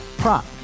Prop